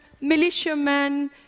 militiamen